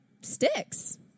sticks